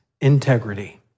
integrity